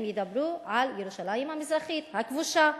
הם ידברו על ירושלים המזרחית הכבושה.